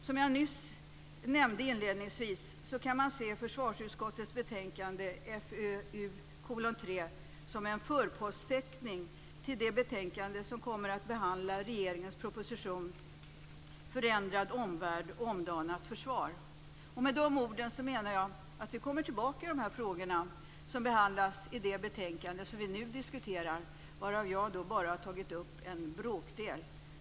Som jag nämnde inledningsvis kan man se försvarsutskottets betänkande FöU3 som en förpostfäktning till det betänkande som kommer att behandla regeringens proposition Förändrad omvärld - omdanat försvar. Och med de orden menar jag att vi kommer tillbaka i de frågor som behandlas i det betänkande som vi nu diskuterar, varav jag har tagit upp bara en bråkdel.